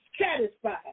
satisfied